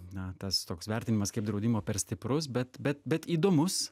na tas toks vertinimas kaip draudimo per stiprus bet bet bet įdomus